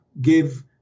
give